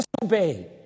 disobey